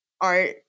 art